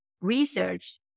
research